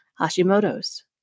Hashimoto's